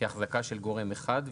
כהחזקה של גורם אחד,